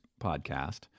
podcast